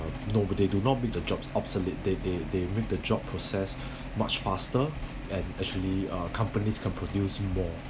no but they do not make the jobs obsolete they they they make the job process much faster and actually uh companies can produce more